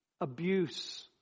Abuse